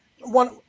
one